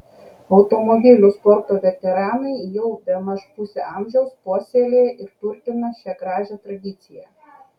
automobilių sporto veteranai jau bemaž pusę amžiaus puoselėja ir turtina šią gražią tradiciją